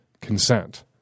consent